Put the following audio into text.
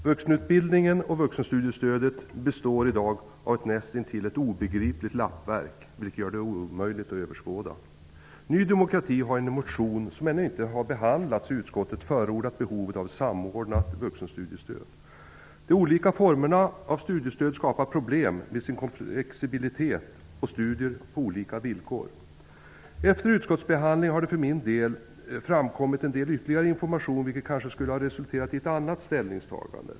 Herr talman! Vuxenutbildningen och vuxenstudiestödet består i dag av ett näst intill obegripligt lappverk, vilket gör det omöjligt att överskåda. Ny demokrati har i en motion som ännu inte har behandlats i utskottet förordat ett samordnat vuxenstudiestöd. De olika formerna av studiestöd skapar problem med sin komplexitet och ger studier på olika villkor. Efter utskottsbehandlingen har det för min del framkommit en del ytterligare information, vilket kanske skulle ha resulterat i ett annat ställningstagande.